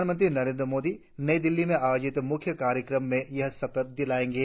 प्रधानमंत्री नरेंद्र मोदी नई दिल्ली में आयोजित मुख्य कार्यक्रम में यह शपथ दिलाएंगे